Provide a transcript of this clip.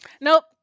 Nope